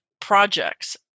projects